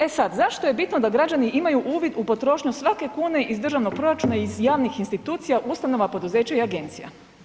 E sad, zašto je bitno da građani imaju uvid u potrošnju svake kune iz državnog proračuna i iz javnih institucija, ustanova, poduzeća i agencija?